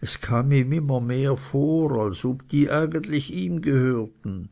es kam ihm immer mehr vor als ob die eigentlich ihm gehörten